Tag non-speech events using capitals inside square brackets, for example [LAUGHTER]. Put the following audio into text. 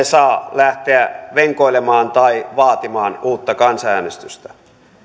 [UNINTELLIGIBLE] saa lähteä venkoilemaan tai vaatimaan uutta kansanäänestystä